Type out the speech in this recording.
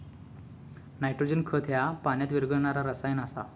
nitrogen खत ह्या पाण्यात विरघळणारा रसायन आसा